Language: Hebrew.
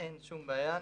אין שום בעיה.